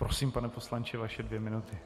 Prosím, pane poslanče, vaše dvě minuty.